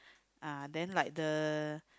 uh then like the